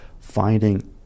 finding